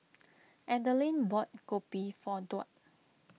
Adelyn bought Kopi for Duard